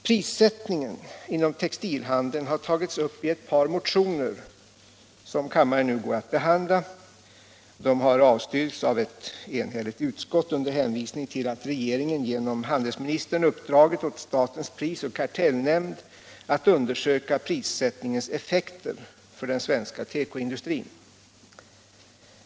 Prissättningen inom +«extilhandeln har tagits upp i ett par motioner 85 som kammaren nu går att behandla. De har avstyrkts av ett enhälligt utskott under hänvisning till att regeringen genom handelsministern uppdragit åt statens prisoch kartellnämnd att undersöka prissättningens effekter för den svenska tekoindustrin.